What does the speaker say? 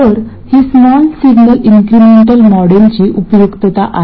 तर ही small signal incremental मॉडेलची उपयुक्तता आहे